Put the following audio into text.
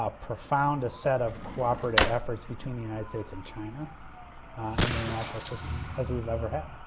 ah profound set of cooperative efforts between the united states and china and the international system as we've ever had.